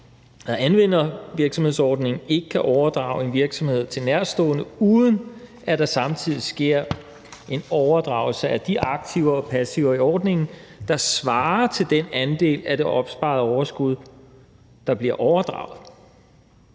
der anvender virksomhedsordningen, ikke kan overdrage en virksomhed til en nærtstående, uden at der samtidig sker en overdragelse af de aktiver og passiver i ordningen, der svarer til den andel af det opsparede overskud, der bliver overdraget.